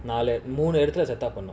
now மூணுஎடத்துல:moonu edathula or not